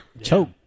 Choke